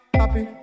happy